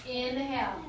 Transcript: inhale